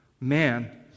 Man